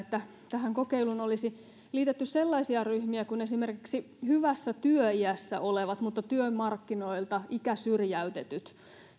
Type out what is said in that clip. tähän kokeiluun olisi liitetty sellaisia ryhmiä kuin esimerkiksi hyvässä työiässä olevat mutta työmarkkinoilta ikäsyrjäytetyt